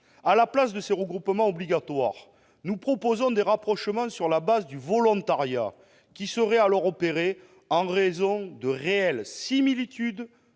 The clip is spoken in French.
À la place de ces regroupements obligatoires, nous proposons des rapprochements sur la base du volontariat, qui s'opéreraient en raison de réelles similitudes,